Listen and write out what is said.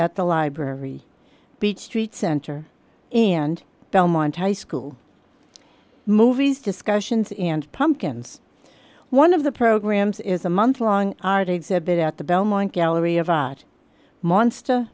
at the library beach street center and belmont high school movies discussions and pumpkins one of the programs is a month long article here bit at the belmont gallery of art monst